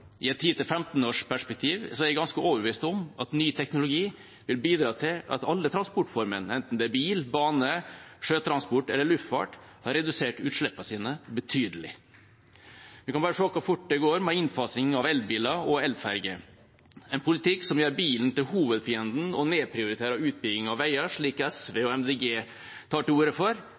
I et 10–15 års perspektiv er jeg ganske overbevist om at ny teknologi vil bidra til at alle transportformene, enten det er bil, bane, sjøtransport eller luftfart, har redusert utslippene sine betydelig. Vi kan bare se hvor fort det går med innfasing av elbiler og elferger. En politikk som gjør bilen til hovedfienden og nedprioriterer utbygging av veier, slik SV og Miljøpartiet De Grønne tar til orde for,